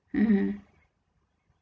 mmhmm